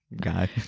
guy